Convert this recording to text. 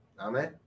Amen